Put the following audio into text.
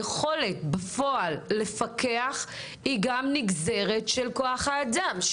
היכולת בפועל לפקח היא גם נגזרת של כוח האדם.